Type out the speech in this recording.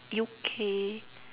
U_K